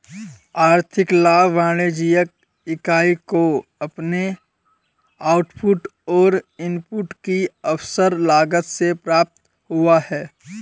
आर्थिक लाभ वाणिज्यिक इकाई को अपने आउटपुट और इनपुट की अवसर लागत से प्राप्त हुआ है